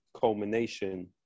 culmination